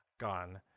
gone